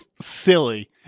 silly